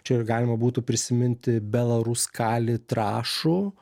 čia ir galima būtų prisiminti belaruskali trąšų